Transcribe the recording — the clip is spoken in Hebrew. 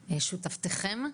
שותפתכם.